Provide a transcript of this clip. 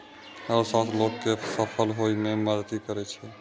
अर्थशास्त्र लोग कें सफल होइ मे मदति करै छै